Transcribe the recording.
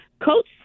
Coach